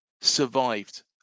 survived